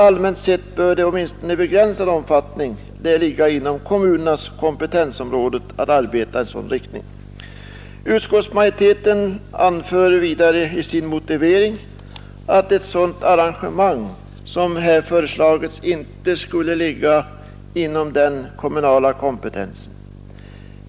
Allmänt sett bör det åtminstone i begränsad omfattning ligga inom kommunernas kompetensområde att arbeta i en sådan riktning. Utskottsmajoriteten anför vidare i sin motivering att ett sådant arrangemang som här föreslagits inte skulle falla inom den kommunala kompetensen.